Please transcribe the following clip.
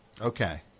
Okay